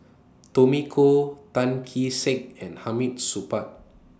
Tommy Koh Tan Kee Sek and Hamid Supaat